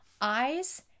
Eyes